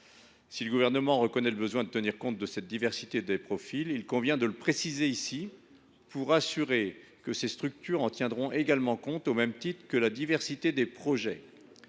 Si le Gouvernement reconnaît le besoin de tenir compte de la diversité des profils, il convient de le préciser ici pour assurer que ces structures en tiendront compte également, au même titre que de la diversité des projets.